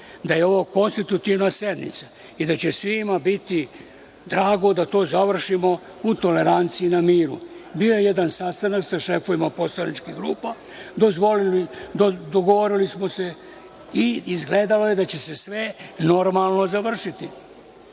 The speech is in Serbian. da je ovo konstitutivna sednica i da će svima biti drago da to završimo u toleranciji i na miru. Bio je jedan sastanak sa šefovima poslaničkih grupa, dogovorili smo se i izgledalo je da će se sve normalno završiti,